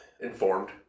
informed